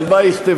על מה יכתבו?